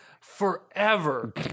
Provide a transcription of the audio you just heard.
forever